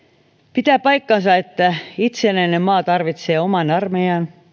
pitää paikkansa että itsenäinen maa tarvitsee oman armeijan